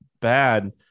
bad